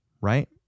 right